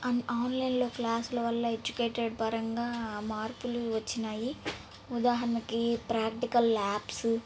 and ఆన్లైన్లొో క్లాసుల వల్ల ఎడ్యుకేటెడ్ పరంగా మార్పులు వచ్చినాయి ఉదాహరణకి ప్రాక్టికల్ ల్యాబ్స్